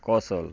कौशल